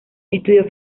estudió